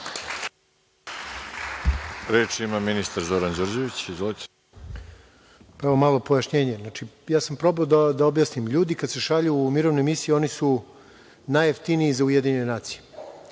Reč ima ministar Zoran Đorđević.